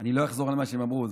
אני לא אחזור על מה שהם אמרו,